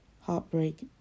heartbreak